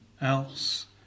else